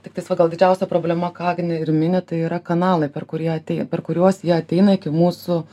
tiktais va gal didžiausia problema ką agnė ir mini tai yra kanalai per kurį atei per kuriuos jie ateina iki mūsų